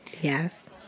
Yes